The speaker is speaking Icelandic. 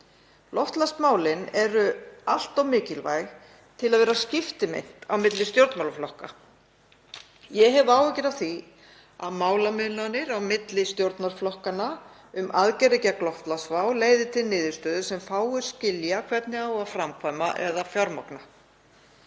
Loftslagsmálin eru allt of mikilvæg til að vera skiptimynt á milli stjórnmálaflokka. Ég hef áhyggjur af því að málamiðlanir á milli stjórnarflokkanna um aðgerðir gegn loftslagsvá leiði til niðurstöðu sem fáir skilja hvernig á að framkvæma eða fjármagna.